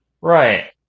Right